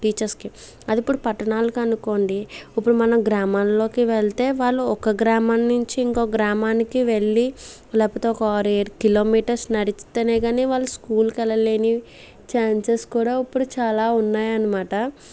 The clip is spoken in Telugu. టీచర్స్కి అదే ఇప్పుడు పట్టణాలకు అనుకోండి ఇప్పుడు మనం గ్రామాలలోకి వెళ్తే వాళ్ళు ఒక గ్రామాన్ని నుంచి ఇంకో గ్రామానికి వెళ్లి లేకపోతే ఒక ఆరు ఏడు కిలోమీటర్స్ నడిస్తేనే గాని వాళ్ళు స్కూల్కి వెళ్లలేని ఛాన్సెస్ కూడా ఇప్పుడు చాలా ఉన్నాయి అనమాట